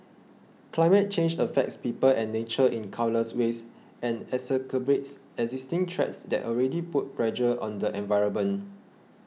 climate change affects people and nature in countless ways and exacerbates existing threats that already put pressure on the environment